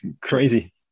crazy